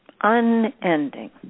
unending